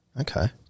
Okay